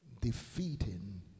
Defeating